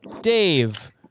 Dave